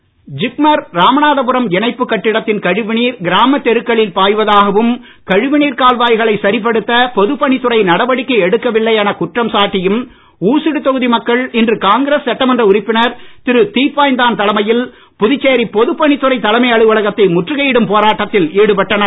முற்றுகை ஜிப்மர் ராமநாதபுரம் இணைப்புக் கட்டிடத்தின் கழிவுநீர் கிராம தெருக்களில் பாய்வதாகவும் கழிவுநீர் கால்வாய்களை சரிபடுத்த பொதுப் பணித்துறை நடவடிக்கை எடுக்கவில்லை என குற்றம் சாட்டியும் ஊசுடு தொகுதி மக்கள் இன்று காங்கிரஸ் சட்டமன்ற உறுப்பினர் திரு தீப்பாஞ்சான் தலைமையில் புதுச்சேரி பொதுப் பணித்துறை தலைமை அலுவலகத்தை முற்றுகையிடும் போராட்டத்தில் ஈடுபட்டனர்